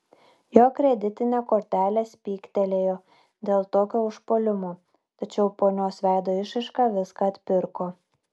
jo kreditinė kortelė spygtelėjo dėl tokio užpuolimo tačiau ponios veido išraiška viską atpirko